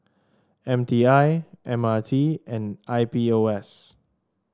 M T I M R T and I P O S